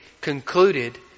concluded